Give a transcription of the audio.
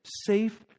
safe